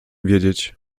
wiedzieć